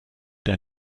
der